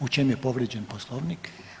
U čemu je povrijeđen poslovnik?